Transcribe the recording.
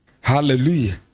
Hallelujah